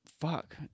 Fuck